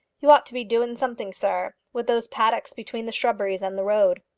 you ought to be doing something, sir, with those paddocks between the shrubberies and the road.